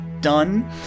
done